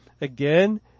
again